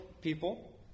people